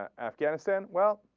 afghanistan well